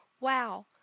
wow